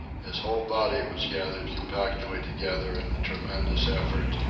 his whole body was gathered compactly together in the tremendous effort,